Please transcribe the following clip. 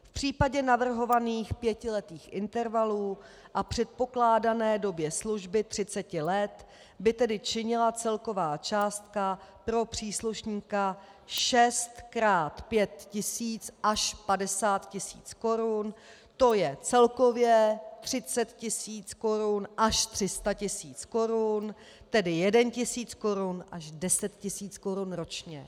V případě navrhovaných pětiletý intervalů a při předpokládané době služby 30 let by tedy činila celková částka pro příslušníka 6 krát 5 tisíc až 50 tisíc korun, to je celkově 30 tisíc korun až 300 tisíc korun, tedy jeden tisíc korun až 10 tisíc korun ročně.